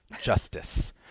Justice